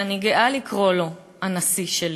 שאני גאה לקרוא לו הנשיא שלי: